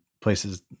places